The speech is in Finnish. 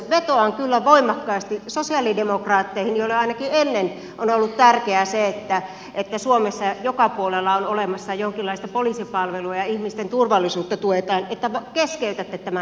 vetoan kyllä voimakkaasti sosialidemokraatteihin joille ainakin ennen on ollut tärkeää se että suomessa joka puolella on olemassa jonkinlaista poliisipalvelua ja ihmisten turvallisuutta tuetaan että keskeytätte tämän hankkeen